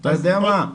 אתה יודע מה,